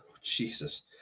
Jesus